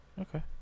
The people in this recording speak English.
Okay